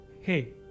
hey